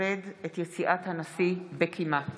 לכבד את יציאת נשיא המדינה בקימה.